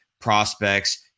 prospects